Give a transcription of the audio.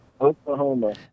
Oklahoma